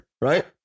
right